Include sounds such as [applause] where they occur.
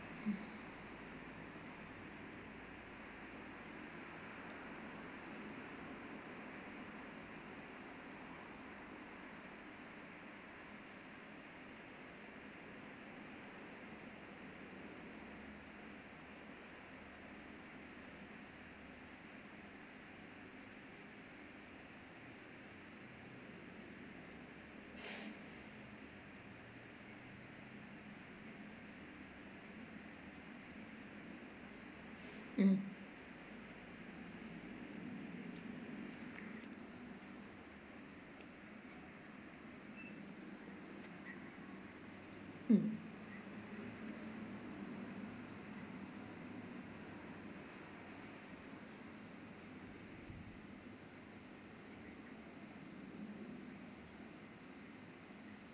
[breath] mm mm